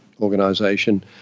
organization